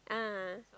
ah